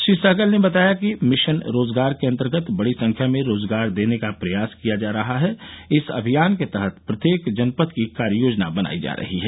श्री सहगल ने बताया कि मिशन रोजगार के अन्तर्गत बड़ी संख्या में रोजगार देने का प्रयास किया जा रहा है इस अभियान के तहत प्रत्येक जनपद की कार्य योजना बनाई जा रही है